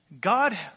God